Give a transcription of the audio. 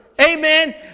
amen